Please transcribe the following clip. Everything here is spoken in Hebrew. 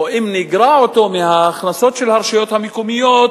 או, אם נגרע אותם מההכנסות של הרשויות המקומיות,